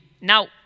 Now